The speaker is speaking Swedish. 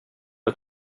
att